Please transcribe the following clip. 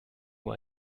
nur